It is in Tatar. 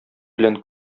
белән